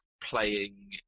playing